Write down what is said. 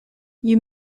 you